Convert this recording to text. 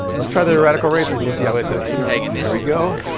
let's try the radical racers and see how it does. here we go.